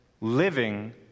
living